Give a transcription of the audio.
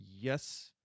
Yes